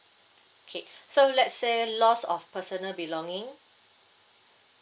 okay so let's say lost of personal belonging